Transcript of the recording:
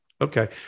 okay